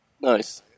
Nice